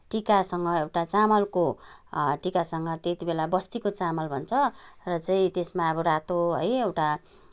टिकासँग एउटा चामलको टिकासँग त्यतिबेला बस्तीको चामल भन्छ र चाहिँ त्यसमा अब रातो है एउटा